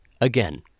Again